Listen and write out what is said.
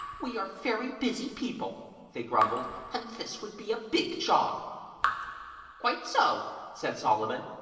we are very busy people they grumbled, and this would be a big job quite so said solomon,